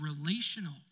relational